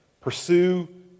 pursue